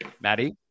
Maddie